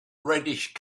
reddish